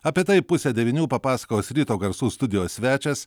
apie tai pusę devynių papasakos ryto garsų studijos svečias